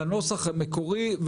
לנוסח המקורי,